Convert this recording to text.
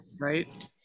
right